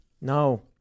No